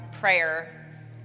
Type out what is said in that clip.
prayer